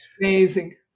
amazing